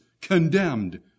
condemned